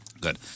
Good